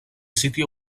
sitio